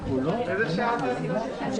בשעה 12:17.